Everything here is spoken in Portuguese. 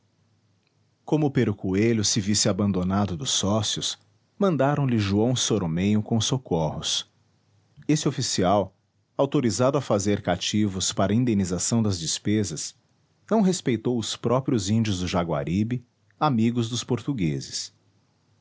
como pero coelho se visse abandonado dos sócios mandaram lhe joão soromenho com socorros esse oficial autorizado a fazer cativos para indenização das despesas não respeitou os próprios índios do jaguaribe amigos dos portugueses